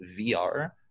VR